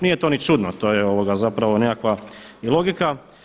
Nije to ni čudno, to je zapravo nekakva i logika.